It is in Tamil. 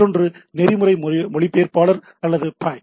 மற்றொன்று நெறிமுறை மொழிபெயர்ப்பாளர் அல்லது பை